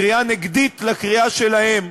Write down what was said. קריאה נגדית לקריאה שלהם: